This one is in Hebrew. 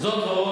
זאת ועוד,